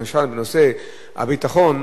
למשל בנושא הביטחון,